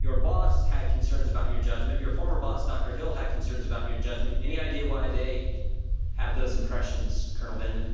your boss had concerns about your judgment. your former boss, dr. hill, had concerns about your judgment. any idea why they have those impressions, colonel vindman?